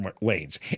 lanes